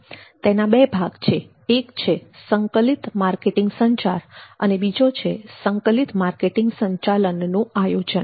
તેના બે ભાગ છે એક છે સંકલિત માર્કેટિંગ સંચાર અને બીજો છે સંકલિત માર્કેટિંગ સંચાલનનું આયોજન